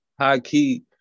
high-key